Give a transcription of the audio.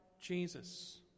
Jesus